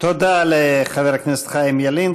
תודה לחבר הכנסת חיים ילין.